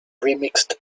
remixed